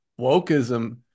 wokeism